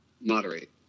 moderate